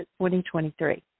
2023